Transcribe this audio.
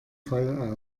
fall